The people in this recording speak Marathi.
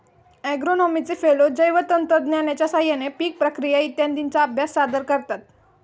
ॲग्रोनॉमीचे फेलो जैवतंत्रज्ञानाच्या साहाय्याने पीक प्रक्रिया इत्यादींचा अभ्यास सादर करतात